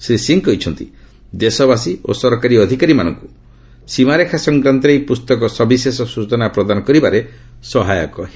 ଶ୍ରୀ ସିଂହ କହିଛନ୍ତି ଦେଶବାସୀ ଓ ସରକାରୀ ଅଧିକାରୀମାନଙ୍କୁ ସୀମାରେଖା ସଂକ୍ରାନ୍ତରେ ଏହି ପୁସ୍ତକ ସବିଶେଷ ସ୍ଚନା ପ୍ରଦାନ କରିବାରେ ସହାୟକ ହେବ